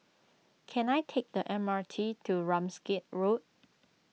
can I take the M R T to Ramsgate Road